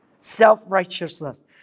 Self-righteousness